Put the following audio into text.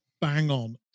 bang-on